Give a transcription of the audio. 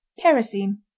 Kerosene